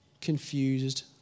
confused